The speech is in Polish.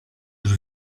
już